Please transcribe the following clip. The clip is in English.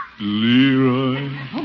Leroy